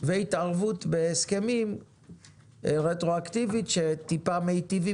והתערבות בהסכמים רטרואקטיבית שטיפה מיטיבים